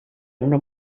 una